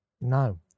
no